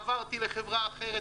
עברתי לחברה אחרת,